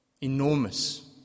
enormous